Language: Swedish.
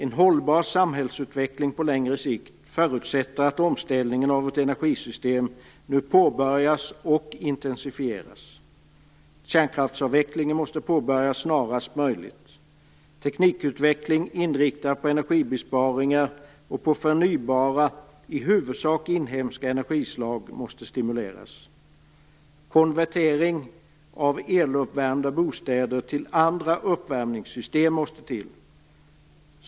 En hållbar samhällsutveckling på längre sikt förutsätter att omställningen av vårt energisystem nu påbörjas och intensifieras. Kärnkraftsavvecklingen måste påbörjas snarast möjligt. Teknikutveckling inriktad på energibesparingar och på förnybara, i huvudsak inhemska, energislag måste stimuleras. Konvertering av eluppvärmda bostäder till andra uppvärmningssystem måste till.